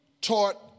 taught